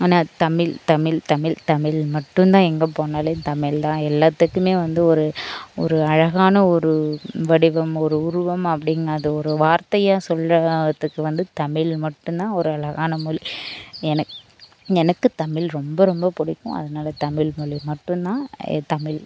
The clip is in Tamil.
ஆனால் தமிழ் தமிழ் தமிழ் தமிழ் மட்டுந்தான் எங்கே போனாலும் தமிழ் தான் எல்லாத்துக்குமே வந்து ஒரு ஒரு அழகான ஒரு வடிவம் ஒரு உருவம் அப்டிங் அது ஒரு வார்த்தையா சொல்கிறதுக்கு வந்து தமிழ் மட்டுந்தான் ஒரு அழகான மொழி எனக் எனக்கு தமிழ் ரொம்ப ரொம்ப பிடிக்கும் அதனால் தமிழ் மொழி மட்டுந்தான் தமிழ்